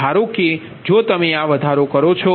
ધારો કે જો તમે આ વધારો કરો છો